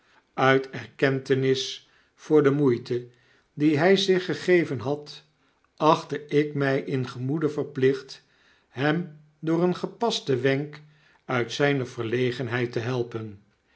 uit erkentenis voor de moeite die hy zich gegeven had achtte ik my in gemoede verplicht hem door een gepasten wenk uit iyne verlegenheid te helpen